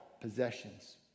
possessions